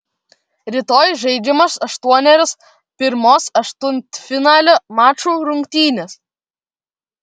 rytoj žaidžiamos aštuonerios pirmos aštuntfinalio mačų rungtynės